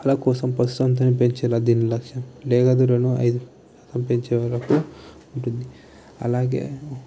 ల కోసం పెంచేలా దీని లక్ష్యం లేదా దీన్ని పెంచేవరకు ఉంటుంది అలాగే